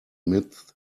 midst